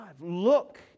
Look